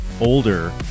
older